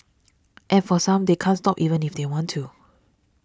and for some they can't stop even if they want to